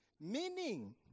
Meaning